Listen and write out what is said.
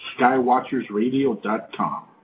skywatchersradio.com